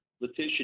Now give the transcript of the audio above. Letitia